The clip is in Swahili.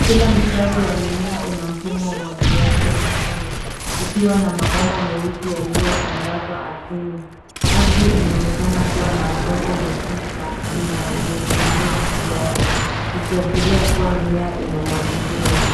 Kila mstari wa mimea una mfumo wa umwangiliaji wa matone. Ukiwa na mabomba meusi yaliyotandazwa ardhini. Ardhi inaonekana kuwa na udongo mwekundu na ina unyevunyevu kiasi, ikiashiria kuwa mimea inamwangiliwa.